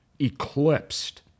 eclipsed